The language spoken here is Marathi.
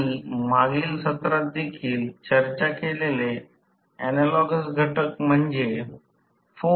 तर हवेच्या अंतरांमधील उर्जा 3 I12 Rf असेल